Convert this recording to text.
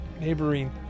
neighboring